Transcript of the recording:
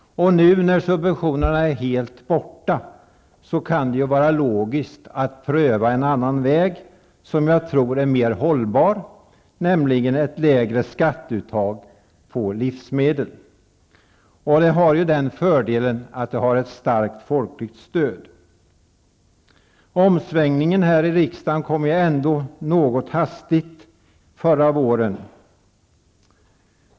Nu när subventionerna är helt borta kan det vara logiskt att pröva en annan väg som jag tror är mer hållbar, nämligen ett lägre skatteuttag på livsmedel. Det har den fördelen att det har ett starkt folklig stöd. Omsvängningen här i riksdagen kom något hastigt förra våren.